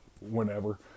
whenever